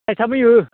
थाइथामै हो